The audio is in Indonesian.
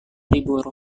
libur